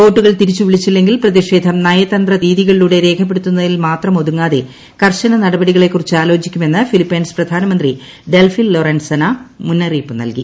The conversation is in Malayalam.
ബോട്ടുകൾ തിരിച്ചു വിളിച്ചില്ലെങ്കിൽ പ്രതിഷേധം നയതന്ത്രരീതികളിലൂടെ രേഖപ്പെടുത്തുന്നതിൽ മാത്രം ഒതുങ്ങാതെ കർശന നടപടികളെക്കുറിച്ച് ആലോചിക്കുമെന്ന് ഫിലിപ്പൈൻസ് പ്രധാനമന്ത്രി ഡെൽഫിൽ ലോറൻസനാ മുന്നറിയിപ്പ് നൽകി